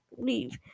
leave